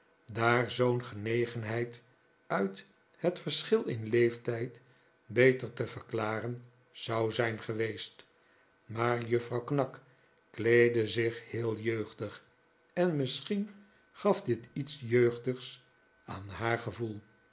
daar zoo'n genegenheid uit het verschil in leeftijd beter te verklaren zou zijn geweest maar juffrouw knag kleedde zich heel jeugdig en misschien gaf dit iets jeugdigs aan haar gevoel